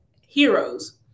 heroes